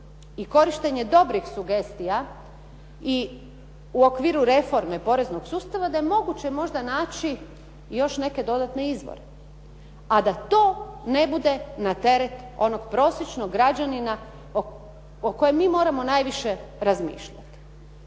i korištenje dobrih sugestija i u okviru reforme poreznog sustava da je moguće možda naći još neke dodatne izvore a da to ne bude na teret onog prosječnog građanina o kojem mi moramo najviše razmišljati.